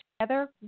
together